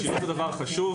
משילות זה דבר חשוב,